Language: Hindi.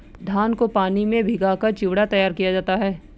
धान को पानी में भिगाकर चिवड़ा तैयार किया जाता है